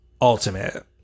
Ultimate